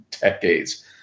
decades